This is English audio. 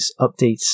updates